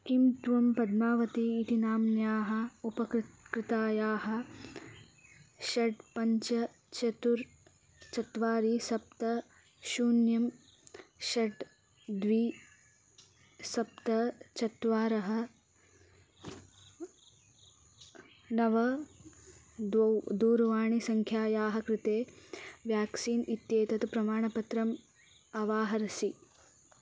किं त्वं पद्मावती इति नाम्न्याः उपकृता कृतायाः षट् पञ्च चतुर् चत्वारि सप्त शून्यं षट् द्वि सप्त चत्वारः नव द्वौ दूरवाणीसङ्ख्यायाः कृते व्याक्सीन् इत्येतत् प्रमाणपत्रम् अवाहरसि